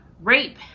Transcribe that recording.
rape